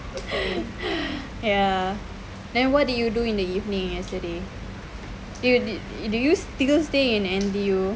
ya then what did you do in the evening yesterday do you still stay in N_T_U